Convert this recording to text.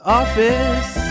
office